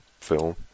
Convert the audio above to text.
film